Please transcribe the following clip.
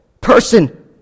person